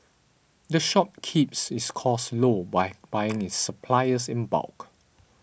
the shop keeps its costs low by buying its suppliers in bulk